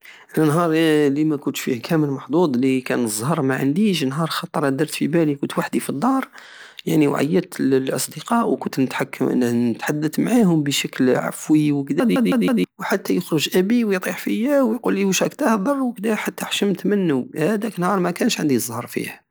انا نهار لي مكنتش فيه كامل محظوظ الي كان الزهر معنديش نهار خطرة درت فيبالي انو كنت وحدي فالدار لانو عيطت للاصدقاء وكنت نتحك- نتحدت معاهم بشكل عفوي وكدا وحتى يخرج ابي ويطيح فيا ويقولي وشراك تهدر وكدا حتى حشمت منو هاداك النهار مكانش عندي الزهر فيه